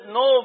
no